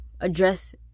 address